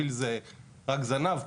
פיל זה רק זנב,